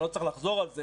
ואני לא צריך לחזור על זה